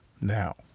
now